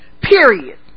Period